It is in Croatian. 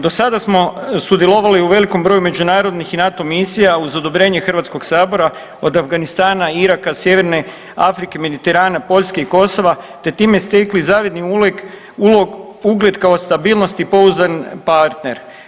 Do sada smo sudjelovali u velikom broju međunarodnih i NATO misija, uz odobrenje HS-a, od Afganistana, Iraka, Sjeverne Afrike, Mediterana, Poljske i Kosova, te time stekli zavidni uleg, ulog, ugled kao stabilnost i pouzdan partner.